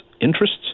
interests